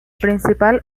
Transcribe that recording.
principal